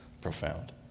profound